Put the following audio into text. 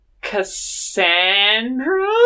Cassandra